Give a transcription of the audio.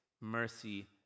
mercy